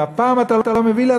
אם הפעם אתה לא מביא לי,